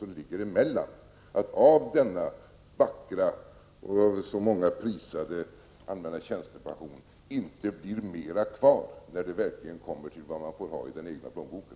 som ligger emellan, att denna vackra och av så många prisade allmänna tjänstepension alltså inte ger mer i den egna plånboken.